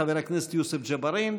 חבר הכנסת יוסף ג'בארין.